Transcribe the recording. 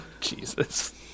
Jesus